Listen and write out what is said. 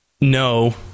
No